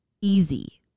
easy